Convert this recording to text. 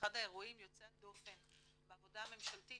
זה אחד האירועים יוצאי הדופן בעבודה הממשלתית